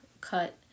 cut